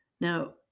Now